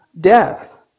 death